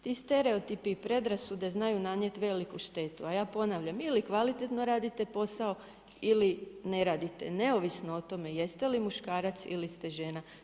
Ti stereotipi i predrasude znaju nanijeti veliku štetu, a ja ponavljam ili kvalitetno radite posao ili ne radite, neovisno o tome jeste li muškarac ili ste žena.